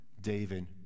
David